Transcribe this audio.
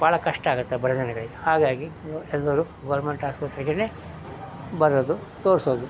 ಭಾಳ ಕಷ್ಟ ಆಗುತ್ತೆ ಬಡಜನಗಳಿಗೆ ಹಾಗಾಗಿ ಎಲ್ಲರೂ ಗೌರ್ಮೆಂಟ್ ಆಸ್ಪತ್ರೆಗೆಯೇ ಬರೋದು ತೋರಿಸೋದು